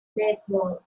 baseball